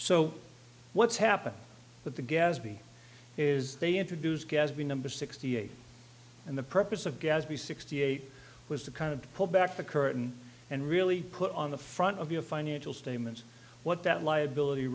so what's happened with the gadsby is they introduce gadsby number sixty eight and the purpose of gadsby sixty eight was to kind of pull back the curtain and really put on the front of your financial statements what that liability